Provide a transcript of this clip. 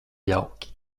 jauki